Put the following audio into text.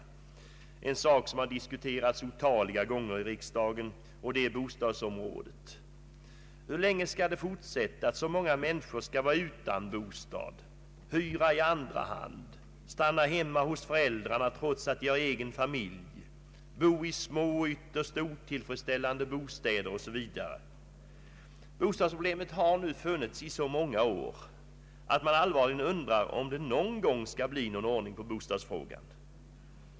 Det är en sak som har diskuterats otaliga gånger i riksdagen, nämligen bostadsområdet. Hur länge skall det fortsätta att så många människor skall vara utan bostad, hyra i andra hand, stanna hemma hos föräldrarna trots att de har egen familj, bo i små ytterst otillfredsställande bostäder, 0. s. v.? Bostadsproble met har nu funnits i så många år att man allvarligt undrar om det någon gång skall bli ordning på bostadsfrågan.